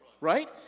right